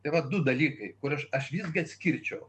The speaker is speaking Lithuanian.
yra du dalykai kur aš aš visgi atskirčiau